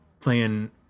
playing